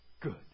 good